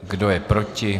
Kdo je proti?